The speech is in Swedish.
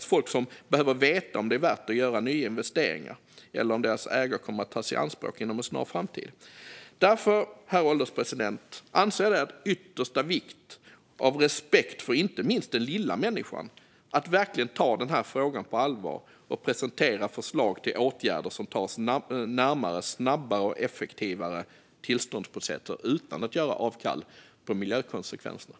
Det är folk som behöver veta om det är värt att göra nya investeringar eller om deras ägor kommer att tas i anspråk inom en snar framtid. Därför, herr ålderspresident, anser jag att det är av yttersta vikt att av respekt för inte minst den lilla människan verkligen ta den här frågan på allvar och presentera förslag till åtgärder som tar oss närmare snabbare och effektivare tillståndsprocesser utan att göra avkall på miljökonsekvenserna.